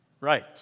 Right